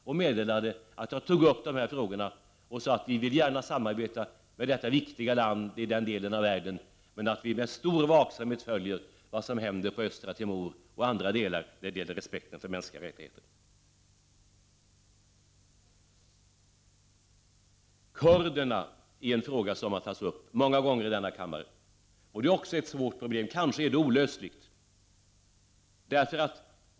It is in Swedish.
Jag meddelade då att jag tog upp dessa frågor och sade att vi gärna vill samarbeta med detta viktiga land i den delen av världen men att vi med stor vaksamhet följer vad som händer på Östra Timor och andra ställen när det gäller respekten för mänskliga rättigheter. Frågan om kurderna har tagits upp många gånger i denna kammare och är ett svårt problem, kanske olösligt.